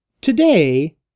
Today